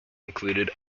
included